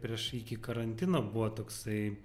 prieš iki karantino buvo toksai